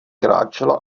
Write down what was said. kráčela